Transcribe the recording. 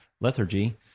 lethargy